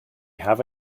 have